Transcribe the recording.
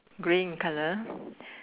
green colour